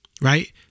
Right